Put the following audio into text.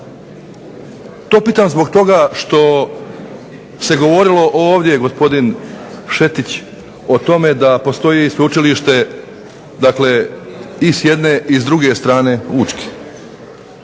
To pitam zbog toga što se govorilo ovdje, gospodin Šetić, o tome da postoji i sveučilište i s jedne i s druge strane Učke.